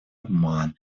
обман